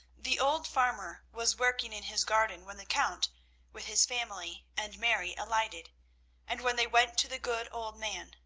the old farmer was working in his garden when the count with his family and mary alighted and when they went to the good old man,